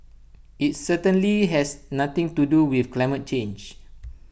IT certainly has nothing to do with climate change